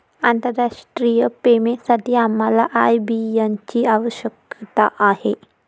आंतरराष्ट्रीय पेमेंटसाठी आम्हाला आय.बी.एन ची आवश्यकता आहे